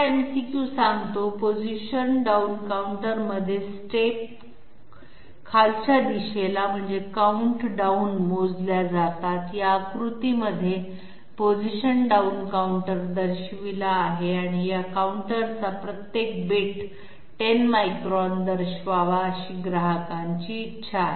MCQ सांगतो position down counter मध्ये step खालच्या दिशेला मोजल्या जातात या आकृती मध्ये पोझिशन डाउन काउंटर दर्शविला आहे आणि या काउंटरचा प्रत्येक बिट 10 मायक्रॉन दर्शवावा अशी ग्राहकांची इच्छा आहे